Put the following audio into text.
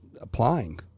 applying